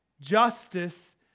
justice